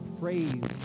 praise